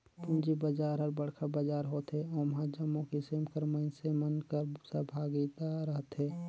पूंजी बजार हर बड़खा बजार होथे ओम्हां जम्मो किसिम कर मइनसे मन कर सहभागिता रहथे